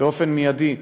באופן מיידי,